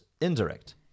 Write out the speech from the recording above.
indirect